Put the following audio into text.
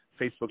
Facebook